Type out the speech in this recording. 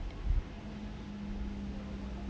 ya okay